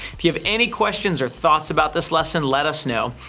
if you have any questions or thoughts about this lesson, let us know,